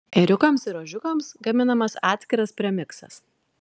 ėriukams ir ožkiukams gaminamas atskiras premiksas